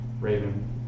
Raven